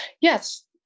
Yes